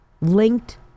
linked